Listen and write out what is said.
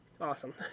awesome